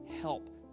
help